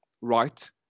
right